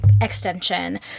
extension